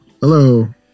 Hello